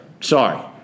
sorry